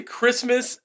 Christmas